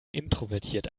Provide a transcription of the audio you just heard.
introvertiert